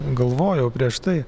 galvojau prieš tai